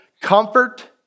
Comfort